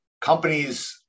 companies